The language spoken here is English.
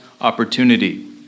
opportunity